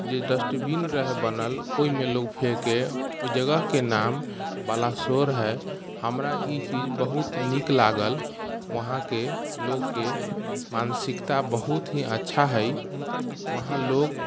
जे डस्टबीन रहे बनल ओहिमे लोक फेंके ओहि जगह के नाम बलासोर है हमरा ई चीज बहुत नीक लागल वहाँ के लोग के मानसिकता बहुत ही अच्छा हइ वहाँ लोग